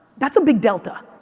that's a big delta.